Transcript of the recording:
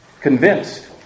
convinced